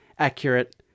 accurate